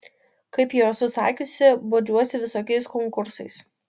kaip jau esu sakiusi bodžiuosi visokiais konkursais